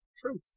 Truth